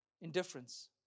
Indifference